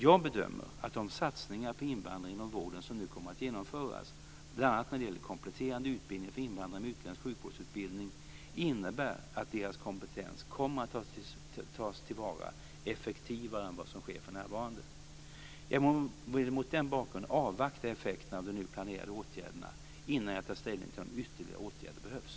Jag bedömer att de satsningar på invandrare inom vården som nu kommer att genomföras bl.a. när det gäller kompletterande utbildning för invandrare med utländsk sjukvårdsutbildning innebär att deras kompetens kommer att tas till vara effektivare än vad som sker för närvarande. Jag vill mot den bakgrunden avvakta effekterna av de nu planerade åtgärderna innan jag tar ställning till om ytterligare åtgärder behövs.